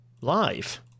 live